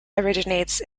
originates